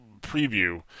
preview